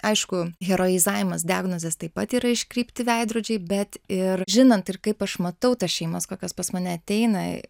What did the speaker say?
aišku heroizajimas diagnozės taip pat yra iškreipti veidrodžiai bet ir žinant ir kaip aš matau tas šeimas kokios pas mane ateina